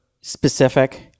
specific